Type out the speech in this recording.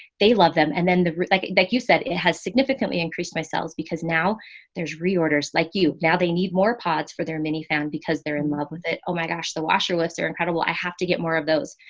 they love them. and then the, like, like you said, it has significantly increased my sales because now there's reorders like you now they need more pods for their mini found because they're in love with it. oh my gosh, the washer was, are incredible. i have to get more of those.